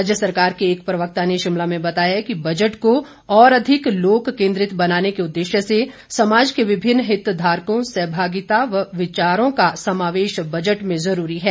राज्य सरकार के एक प्रवक्ता ने शिमला में बताया कि बजट को और अधिक लोक केन्द्रित बनाने के उद्देश्य से समाज के विभिन्न हितधारकों सहभागिता व विचारों का समावेश बजट में ज़रूरी है